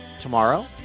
tomorrow